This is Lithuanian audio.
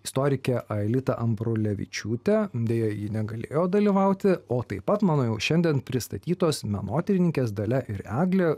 istorikė aelita ambrulevičiūtė deja ji negalėjo dalyvauti o taip pat mano jau šiandien pristatytos menotyrininkės dalia ir eglė